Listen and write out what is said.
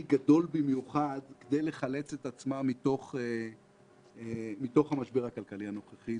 גדול במיוחד כדי לחלץ את עצמה מתוך המשבר הכלכלי הנוכחי.